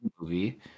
movie